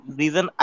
reason